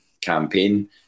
campaign